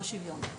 בשיוויון.